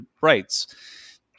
rights